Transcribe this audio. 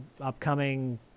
upcoming